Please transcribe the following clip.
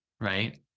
Right